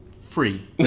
free